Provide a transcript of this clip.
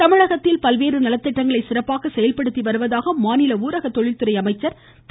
Benjamin தமிழகத்தில் அரசு பல்வேறு நலத்திட்டங்களை சிறப்பாக செயல்படுத்தி வருவதாக மாநில ஊரக தொழில்துறை அமைச்சர் திரு